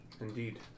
Indeed